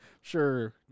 sure